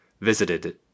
visited